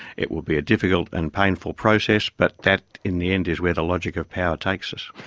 it will be a difficult and painful process, but that in the end is where the logic of power takes us.